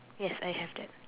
yes I have that